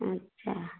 अच्छा